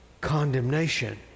condemnation